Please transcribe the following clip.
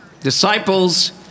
disciples